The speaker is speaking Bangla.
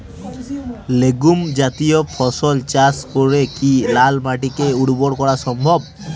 লেগুম জাতীয় ফসল চাষ করে কি লাল মাটিকে উর্বর করা সম্ভব?